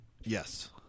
Yes